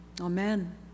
Amen